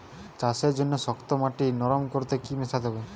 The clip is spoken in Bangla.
চাষের জন্য শক্ত মাটি নরম করতে কি কি মেশাতে হবে?